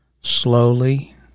Slowly